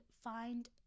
find